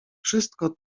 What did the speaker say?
wszystko